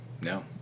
No